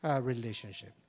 relationship